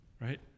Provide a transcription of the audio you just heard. right